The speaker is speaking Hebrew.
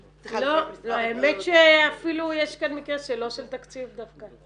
לא, האמת שאפילו יש כאן מקרה לא של תקציב דווקא.